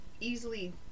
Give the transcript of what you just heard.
easily